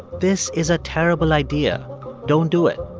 this is a terrible idea don't do it.